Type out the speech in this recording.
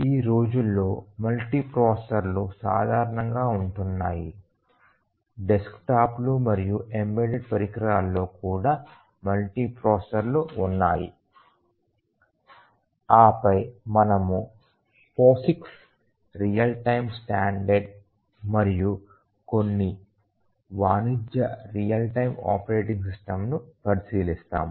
ఈ రోజుల్లో మల్టీప్రాసెసర్లు సాధారణంగా ఉంటున్నాయి డెస్క్టాప్లు మరియు ఎంబెడెడ్ పరికరాల్లో కూడా మల్టీప్రాసెసర్లు ఉన్నాయి ఆపై మనము POSIX రియల్ టైమ్ స్టాండర్డ్ మరియు కొన్ని వాణిజ్య రియల్ టైమ్ ఆపరేటింగ్ సిస్టమ్ను పరిశీలిస్తాము